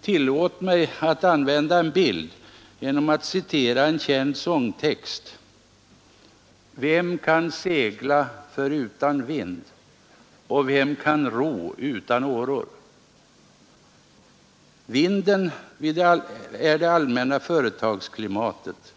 Tillåt mig att använda en bild genom att citera en känd sångtext: ”Vem kan segla förutan vind, vem kan ro utan åror?” ”Vinden” är det allmänna företagsklimatet.